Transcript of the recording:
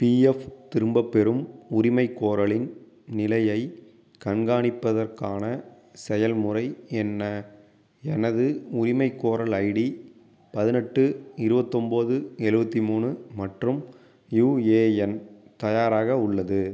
PF திரும்பப் பெறும் உரிமைகோரலின் நிலையை கண்காணிப்பதற்கான செயல்முறை என்ன எனது உரிமைக்கோரல் ஐடி பதினெட்டு இருபத்தொம்போது எழுவத்தி மூணு மற்றும் யுஏஎன் தயாராக உள்ளது